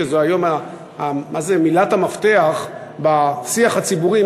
שזה היום מילת המפתח בשיח הציבורי,